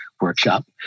workshop